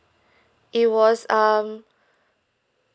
it was um